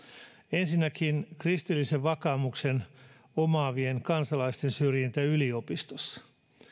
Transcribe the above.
ensinnäkin kristillisen vakaumuksen omaavien kansalaisten syrjintä yliopistossa